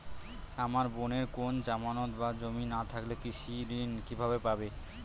আমার বোনের কোন জামানত বা জমি না থাকলে কৃষি ঋণ কিভাবে পাবে?